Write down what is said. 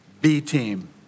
B-Team